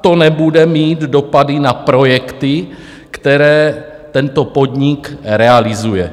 to nebude mít dopady na projekty, které tento podnik realizuje.